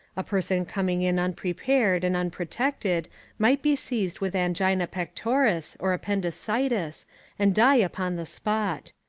a person coming in unprepared and unprotected might be seized with angina pectoris or appendicitis and die upon the spot.